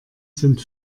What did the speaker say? sind